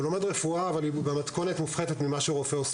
הוא לומד רפואה במתכונת מופחתת משל רופא,